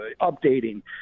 updating